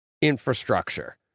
infrastructure